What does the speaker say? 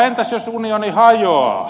entäs jos unioni hajoaa